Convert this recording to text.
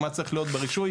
מה צריך להיות ברישוי,